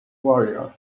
warriors